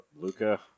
Luca